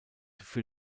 für